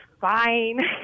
fine